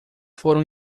foram